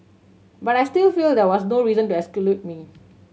but I still feel there was no reason to exclude me